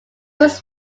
was